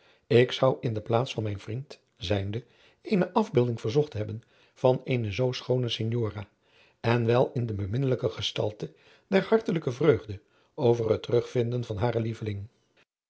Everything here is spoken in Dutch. ik zou in de plaats van mijn vriend zijnde eene afheelding verzocht hebben van eene zoo schoone signora en wel in de beminnelijke gestalte der hartelijke vreugde over het terugvinden van haren lieveling